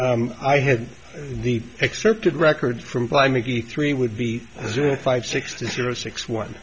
and i had the excerpted record from by mickey three would be five six zero six one